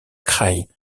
kraï